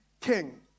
king